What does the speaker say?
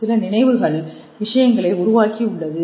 சில நினைவுகள் விஷயங்களை உருவாக்கி உள்ளது